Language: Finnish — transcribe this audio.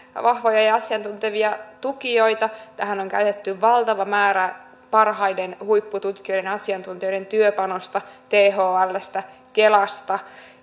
vahvoja ja asiantuntevia tukijoita tähän on käytetty valtava määrä parhaiden huippututkijoiden ja asiantuntijoiden työpanosta thlstä kelasta